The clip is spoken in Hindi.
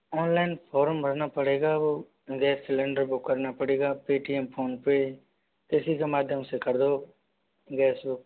ऑनलाइन फॉर्म भरना पड़ेगा वो गैस सिलेंडर बुक करना पड़ेगा पेटीएम फोनपे किसी के माध्यम से कर दो गैस बुक